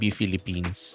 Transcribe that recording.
Philippines